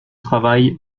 travail